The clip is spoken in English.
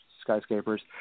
skyscrapers